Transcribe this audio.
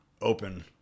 open